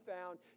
found